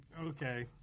Okay